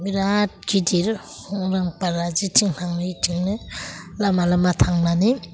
बिराथ गिदिर अरां पार्कआ जिथिं थाङो बेथिंनो लामा लामा थांनानै